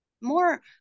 more